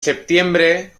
septiembre